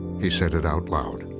he said it out loud.